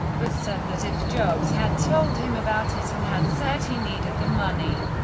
but said that if jobs had told him about it and had said he needed the money,